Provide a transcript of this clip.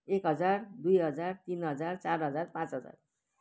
एक हजार दुई हजार तिन हजार चार हजार पाँच हजार